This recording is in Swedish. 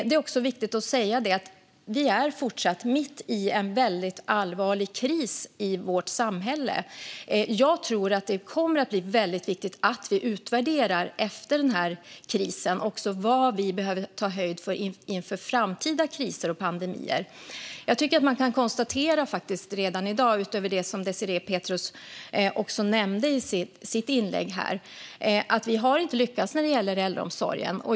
Det är också viktigt att säga att vi fortfarande är mitt i en väldigt allvarlig kris i vårt samhälle. Jag tror att det kommer att bli väldigt viktigt att vi efter den här krisen utvärderar vad vi behöver ta höjd för inför framtida kriser och pandemier. Jag tycker att man kan konstatera redan i dag, utöver det som Désirée Pethrus nämnde i sitt inlägg, att vi inte har lyckats när det gäller äldreomsorgen.